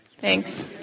Thanks